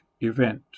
event